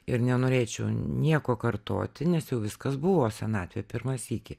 ir nenorėčiau nieko kartoti nes jau viskas buvo senatvė pirmą sykį